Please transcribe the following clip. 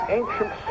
ancient